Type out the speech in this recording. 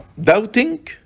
doubting